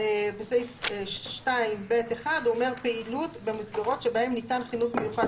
סעיף 2(ב)(1) אומר: פעילות במסגרות שבהן ניתן חינוך מיוחד